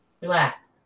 Relax